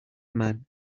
man